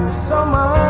summer